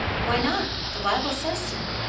why not? the bible says so.